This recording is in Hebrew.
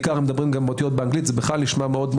בכלל אם שמים אותיות באנגלית זה נשמע מאוד,